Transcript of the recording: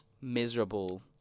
miserable